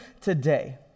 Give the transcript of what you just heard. today